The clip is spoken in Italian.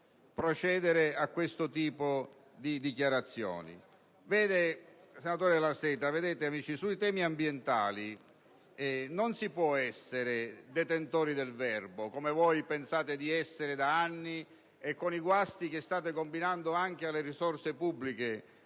procedere a questo tipo di dichiarazioni.